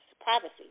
privacy